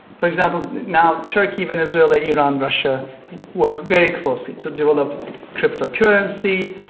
for example, now turkey, venezuela, iran, russia work very closely to develop crypto currency,